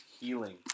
healing